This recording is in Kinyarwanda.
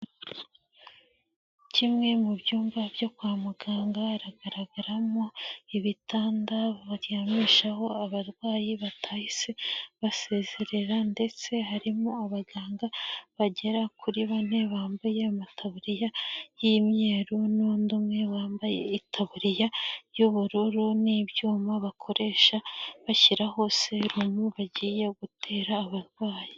Kimwe mu byumba byo kwa muganga haragaragaramo ibitanda baryamishaho abarwayi batahise basezerera ndetse harimo abaganga bagera kuri bane bambaye amataburiya y'imyeru n'undi umwe wambaye itaburiya y'ubururu n'ibyuma bakoresha bashyiraho serumu bagiye gutera abarwayi.